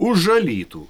už alytų